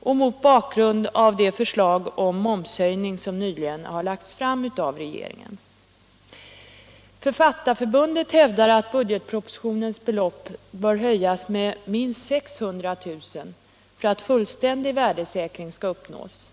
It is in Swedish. och mot bakgrund av det förslag om momshöjning som nyligen lagts fram av regeringen. Författarförbundet hävdar att budgetpropositionens belopp bör höjas med minst 600 000 kr. för att fullvärdig värdesäkring skall uppnås.